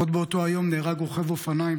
עוד באותו יום נהרג רוכב אופניים,